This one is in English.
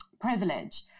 privilege